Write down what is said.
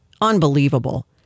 Unbelievable